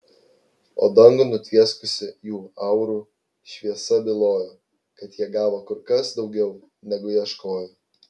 o dangų nutvieskusi jų aurų šviesa bylojo kad jie gavo kur kas daugiau negu ieškojo